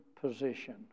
position